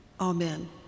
Amen